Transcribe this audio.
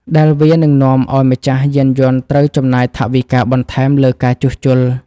ដែលវានឹងនាំឱ្យម្ចាស់យានយន្តត្រូវចំណាយថវិកាបន្ថែមលើការជួសជុល។